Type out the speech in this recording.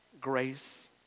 grace